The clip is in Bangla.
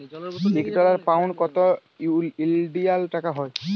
ইক ডলার, পাউল্ড কত ইলডিয়াল টাকা হ্যয়